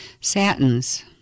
Satins